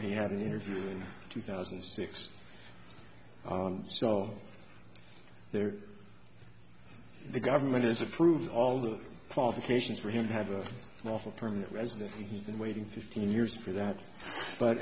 he had an interview in two thousand and six so there the government has approved all the qualifications for him to have a lawful permanent resident he's been waiting fifteen years for that but